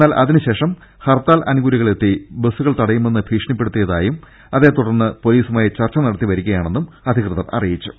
എന്നാൽ അതിന് ശേഷം ഹർത്താൽ അനുകൂലികളെത്തി ബസുകൾ തടയുമെന്ന് ഭീഷണിപ്പെടുത്തിയതായും അതേതുടർന്ന് പൊലീസുമായി ചർച്ച നടത്തി വരികയാണെന്നും അധികൃതർ പറഞ്ഞു